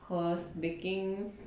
cause baking